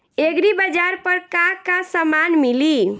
एग्रीबाजार पर का का समान मिली?